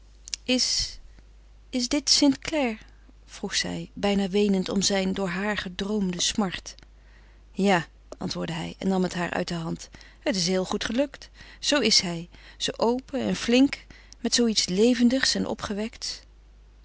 is is dit st clare vroeg zij bijna weenend om zijne door haar gedroomde smart ja antwoordde hij en nam het haar uit de hand het is heel goed gelukt zoo is hij zoo open en flink met zoo iets levendigs en opgewekts